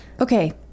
Okay